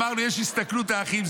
אמרנו: יש הסתכלות האחים.